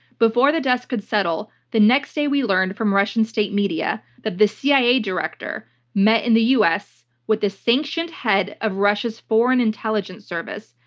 before the dust could settle, the next day we learned from russian state media that the cia director met in the us with the sanctioned head of russia's foreign intelligence service,